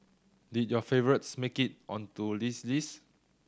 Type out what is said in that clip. did your favourites make it onto this list